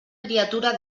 criatura